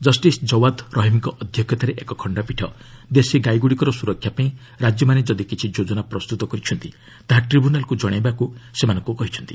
justice Jawad ରହିମ୍ଙ୍କ ଅଧ୍ୟକ୍ଷତାରେ ଏକ ଖଶ୍ଚପୀଠ ଦେଶୀ ଗାଇଗୁଡ଼ିକର ସୁରକ୍ଷା ପାଇଁ ରାଜ୍ୟମାନେ ଯଦି କିଛି ଯୋଜନା ପ୍ରସ୍ତୁତ କରିଛନ୍ତି ତାହା ଟ୍ରିବୁନାଲ୍କୁ ଜଣାଇବାକୁ ସେମାନଙ୍କୁ କହିଛନ୍ତି